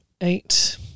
eight